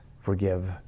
forgive